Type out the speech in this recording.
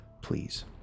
please